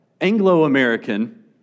Anglo-American